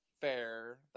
fair